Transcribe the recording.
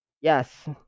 yes